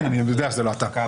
כן, אני יודע שזה לא אתה.